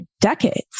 decades